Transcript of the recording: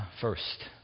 First